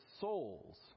souls